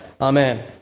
Amen